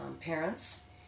parents